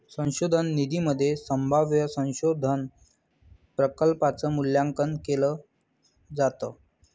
संशोधन निधीमध्ये संभाव्य संशोधन प्रकल्पांच मूल्यांकन केलं जातं